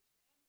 ששניהם,